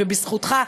ובזכותך,